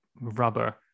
rubber